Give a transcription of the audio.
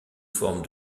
forme